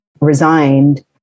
resigned